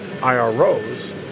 IROs